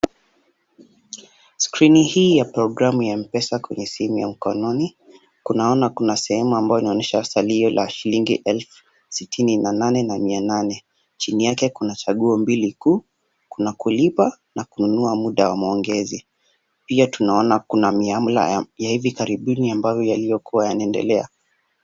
Skrini hii ya programu ya M-Pesa kwenye simu ya mkononi, kunaona kuna sehemu ambayo inaonyesha salio la shilingi elfu sitini na nane na mia nane. Chini yake kuna chaguo mbili kuu, kuna kulipa na kununua muda wa maongezi. Pia tunaona kuna miamla ya hivi karibuni ambayo yaliyokuwa yanaendelea.